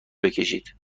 بکشید